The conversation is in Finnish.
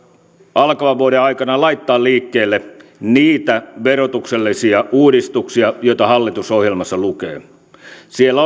alkavan vuoden aikana laittaa liikkeelle niitä verotuksellisia uudistuksia joita hallitusohjelmassa lukee siellä